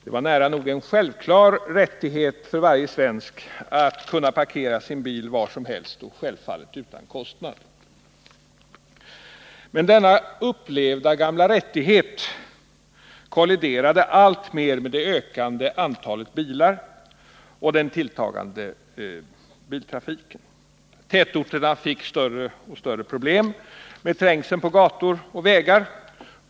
Det var nära nog en självklar rättighet för varje svensk att få parkera sin bil 15 var som helst och självfallet utan kostnad. Men denna upplevda gamla rättighet kolliderade alltmer med det ökande antalet bilar och den tilltagande biltrafiken. Tätorterna fick större och större problem med trängseln på gator och vägar.